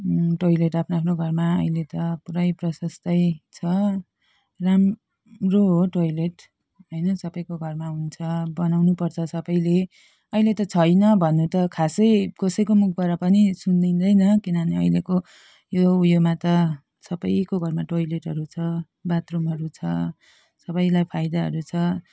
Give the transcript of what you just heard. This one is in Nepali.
टोयलेट आफ्नो आफ्नो घरमा अहिले त पुरै प्रशस्तै छ राम्रो हो टोयलेट होइन सबैको घरमा हुन्छ बनाउनु पर्छ सबैले अहिले त छैन भन्नु त खासै कसैको मुखबाट पनि सुनिँदैन किनभने अहिलेको उयो योमा त सबैको घरमा टोयलेटहरू छ बाथरुमहरू छ सबैलाई फाइदाहरू छ